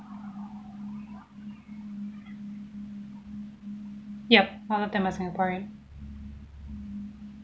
yup all of them are singaporean